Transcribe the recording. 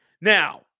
Now